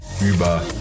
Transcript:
über